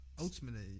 ultimately